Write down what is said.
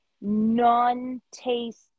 non-taste